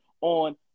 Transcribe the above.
on